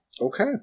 Okay